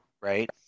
right